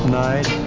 night